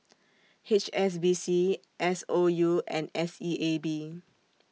H S B C S O U and S E A B